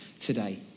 today